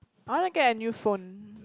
I wanna get a new phone